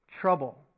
trouble